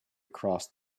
crossed